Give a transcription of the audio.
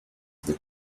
the